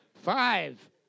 five